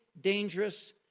dangerous